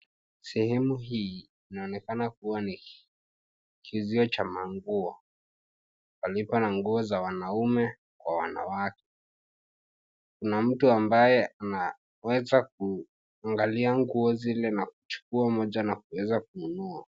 Sehemu hii inaonekana kuwa ni kiuzio cha manguo, palipo na nguo za wanaume kwa wanawake. Kuna mtu ambaye anaweza kuangalia nguo zile na kuchukua moja na kuweza kununua.